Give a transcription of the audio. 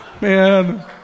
Man